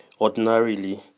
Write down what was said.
ordinarily